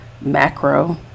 Macro